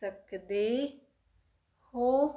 ਸਕਦੇ ਹੋ